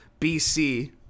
BC